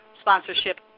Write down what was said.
sponsorship